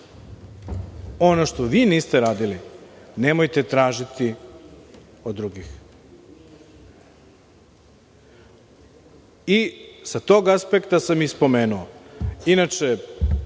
Ono što vi niste radili, nemojte tražiti od drugih. Sa tog aspekta sam i spomenuo. Inače,